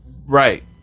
Right